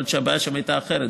יכול להיות שהבעיה שם הייתה אחרת,